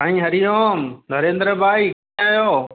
साईं हरिओम नरेंद्र भाई कीअं आहियो